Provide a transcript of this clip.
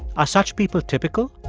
are such people typical?